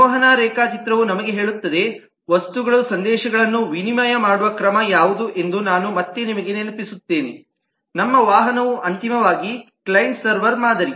ಸಂವಹನ ರೇಖಾಚಿತ್ರವು ನಮಗೆ ಹೇಳುತ್ತದೆ ವಸ್ತುಗಳು ಸಂದೇಶಗಳನ್ನು ವಿನಿಮಯ ಮಾಡುವ ಕ್ರಮ ಯಾವುದು ಎಂದು ನಾನು ಮತ್ತೆ ನಿಮಗೆ ನೆನಪಿಸುತ್ತೇನೆ ನಮ್ಮ ವಾಹನವು ಅಂತಿಮವಾಗಿ ಕ್ಲೈಂಟ್ ಸರ್ವರ್ ಮಾದರಿ